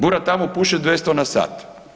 Bura tamo puše 200 na sat.